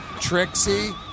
Trixie